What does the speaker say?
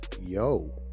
yo